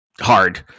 hard